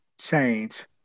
change